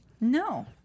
No